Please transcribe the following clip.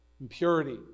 impurity